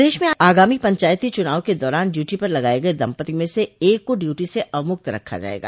प्रदेश में आगामी पंचायती चुनाव के दौरान ड्यूटी पर लगाये गये दम्पत्ति में से एक को ड्यूटी से अवमुक्त रखा जायेगा